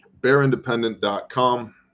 BearIndependent.com